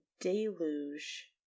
Deluge